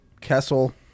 Kessel